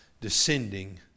descending